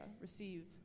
receive